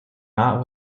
not